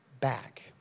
back